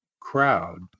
crowd